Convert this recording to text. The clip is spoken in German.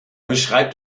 beschreibt